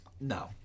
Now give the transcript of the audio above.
No